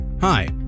Hi